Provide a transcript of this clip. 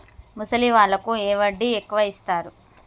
ముసలి వాళ్ళకు ఏ వడ్డీ ఎక్కువ ఇస్తారు?